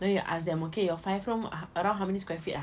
then you ask them okay your five room how many square feet ah